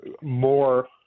more